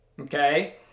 Okay